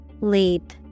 Leap